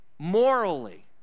morally